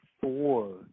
four